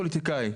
פוליטיקאי.